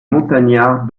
montagnards